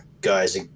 guys